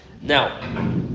now